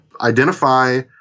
identify